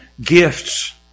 gifts